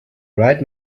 right